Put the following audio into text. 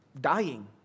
dying